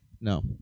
No